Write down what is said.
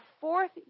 fourth